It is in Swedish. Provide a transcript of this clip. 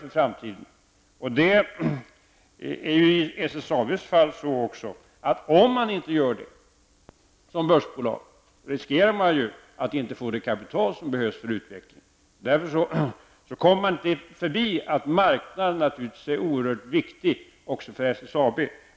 I SSABs fall är det dessutom så, att om SSAB som börsbolag inte förräntar sig, riskerar företaget att inte få det kapital som behövs för utvecklingen. Därför kommer man inte förbi att marknaden är oerhört viktig också för SSAB.